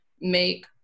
make